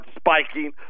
spiking